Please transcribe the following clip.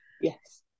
yes